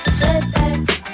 setbacks